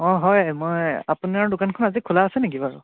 অঁ হয় মই আপোনাৰ দোকানখন আজি খোলা আছে নেকি বাৰু